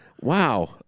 wow